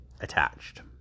attached